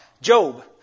Job